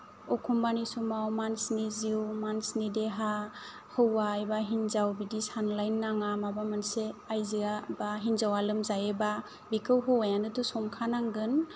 एखम्बानि समाव मानसिनि जिउ मानसिनि देहा हौवा एबा हिनजाव बिदि सानलायनो नाङा माबा मोनसे आयजोआ बा हिनजावा लोमजायोबा बेखौ हौवायानोथ' संखानांगोन